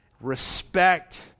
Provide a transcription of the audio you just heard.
respect